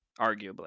arguably